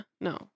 No